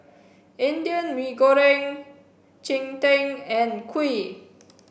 Indian mee goreng cheng tng and kuih